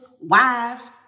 wives